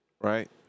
right